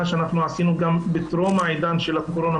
שאנחנו עשינו גם בטרום העידן של הקורונה,